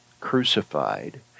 crucified